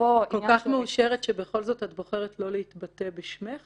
כל כך מאושרת, שבכל זאת את בוחרת לא להתבטא בשמך?